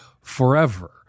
forever